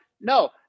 No